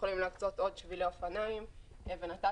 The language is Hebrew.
שיכולים להקצות עוד שבילי אופניים ונת"צים,